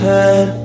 Head